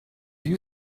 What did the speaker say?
you